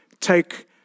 take